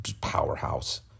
powerhouse